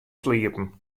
sliepen